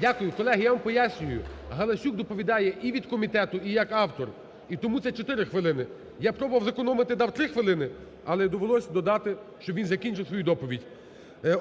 Дякую. Колеги, я вам пояснюю. Галасюк доповідає і від комітету, і як автор, і тому це 4 хвилини. Я пробував зекономити, дав 3 хвилини, але довелось додати, щоб він закінчив свою доповідь.